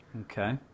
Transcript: Okay